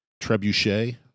Trebuchet